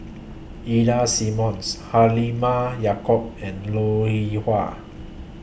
Ida Simmons Halimah Yacob and Lou E Wah